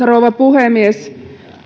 rouva puhemies